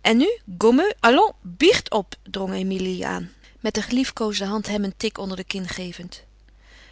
en nu gommeux allons biecht op drong emilie aan met de geliefkoosde hand hem een tik onder de kin gevend